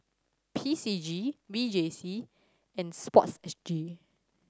P C G V J C and Sports S G